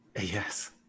Yes